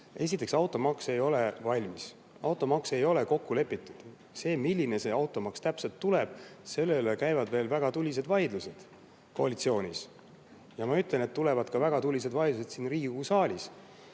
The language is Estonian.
Esiteks, automaks ei ole valmis, automaks ei ole kokku lepitud. See, milline see automaks täpselt tuleb, selle üle käivad veel väga tulised vaidlused koalitsioonis, ja ma ütlen, et tulevad väga tulised vaidlused ka siin Riigikogu saalis.